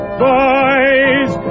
boys